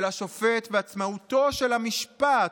של השופט ועצמאותו של המשפט,